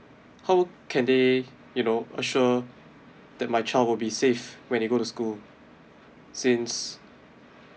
how can they you know assure that my child would be safe when they go to school since